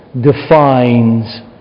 defines